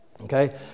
Okay